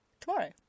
tomorrow